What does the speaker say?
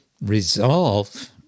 resolve